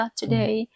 today